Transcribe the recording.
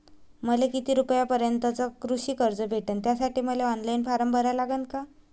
मले किती रूपयापर्यंतचं कृषी कर्ज भेटन, त्यासाठी मले ऑनलाईन फारम भरा लागन का?